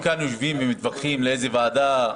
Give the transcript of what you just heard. יושבים כאן ומתווכחים לאיזו ועדה,